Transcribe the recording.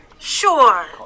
Sure